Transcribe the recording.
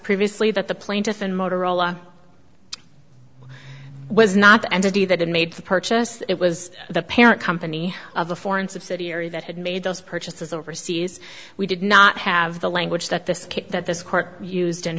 previously that the plaintiff and motorola was not entity that had made the purchase it was the parent company of the foreign subsidiary that had made those purchases overseas we did not have the language that this that this court used in